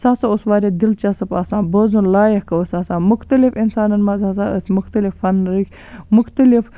سُہ ہَسا اوس واریاہ دِلچسپ آسان بوزُن لایَق اوس آسان مُختٔلِف اِنسانَن مَنٛز ہَسا ٲسۍ مُختٔلِف فَنری مُختٔلِف